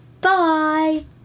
Bye